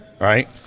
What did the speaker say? Right